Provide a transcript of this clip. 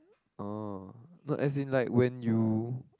orh no as in like when you